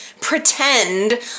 pretend